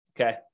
okay